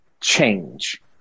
change